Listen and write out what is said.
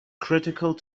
critical